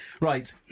Right